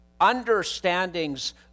understandings